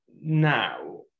now